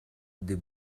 des